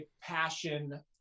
passion